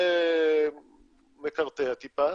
עובד מקרטע טיפה,